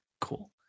Cool